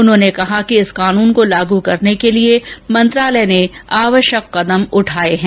उन्होंने कहा कि इस कानून को लागू करने के लिए मंत्रालय ने आवश्यक कदम उठाए हैं